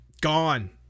gone